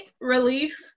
relief